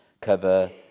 cover